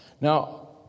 Now